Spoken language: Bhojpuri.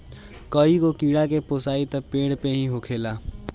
कईगो कीड़ा के पोसाई त पेड़ पे ही होखेला